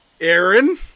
Aaron